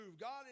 God